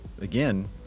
again